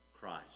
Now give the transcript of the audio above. Christ